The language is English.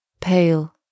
pale